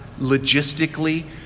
logistically